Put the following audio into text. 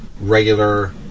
regular